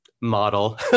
model